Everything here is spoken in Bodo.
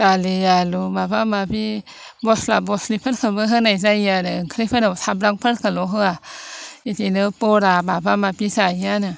दालि आलु माबा माबि मस्ला मस्लिफोरखौबो होनाय जायो आरो ओंख्रिफोराव सामब्रामफोरखौल' होआ बेदिनो बरा माबा माबि जायो आरो